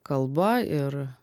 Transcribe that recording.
kalba ir